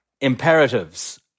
imperatives